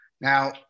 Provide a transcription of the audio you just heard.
Now